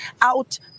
out